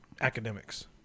academics